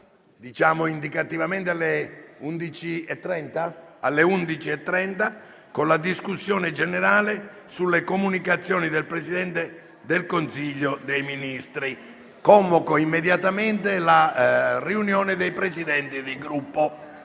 indicativamente alle ore 11,30, con la discussione sulle comunicazioni del Presidente del Consiglio dei ministri. Convoco immediatamente la riunione dei Presidenti dei Gruppi.